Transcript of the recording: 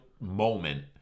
moment